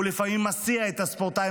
הוא לפעמים מסיע את הספורטאי,